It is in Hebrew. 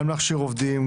גם להכשיר עובדים,